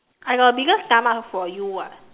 I got bigger stomach from you [what]